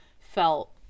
felt